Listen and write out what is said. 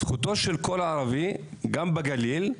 זכותו של כל ערבי, גם בגליל,